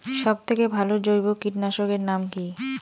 সব থেকে ভালো জৈব কীটনাশক এর নাম কি?